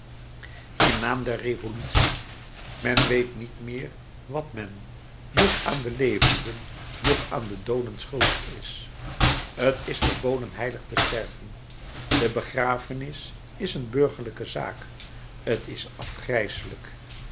in naam der revolutie men weet niet meer wat men noch aan de levenden noch aan de dooden schuldig is t is verboden heilig te sterven de begrafenis is een burgerlijke zaak t is